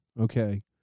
Okay